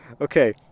okay